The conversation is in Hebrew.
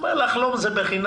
הוא אמר: לחלום זה בחינם,